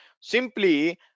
simply